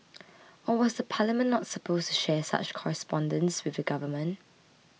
or was the Parliament not supposed to share such correspondences with the government